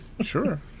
Sure